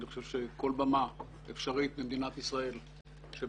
אני חושב שכל במה אפשרית במדינת ישראל בה